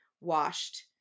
washed